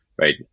right